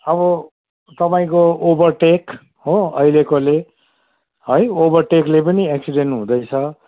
अब तपाईँको ओभरटेक हो अहिलेकोले है ओभरटेकले पनि एक्सिडेन्ट हुँदैछ